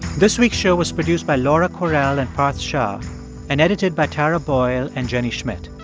this week's show was produced by laura kwerel and parth shah and edited by tara boyle and jenny schmidt.